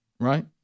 Right